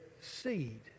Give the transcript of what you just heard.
seed